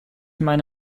meine